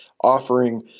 offering